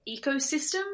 ecosystem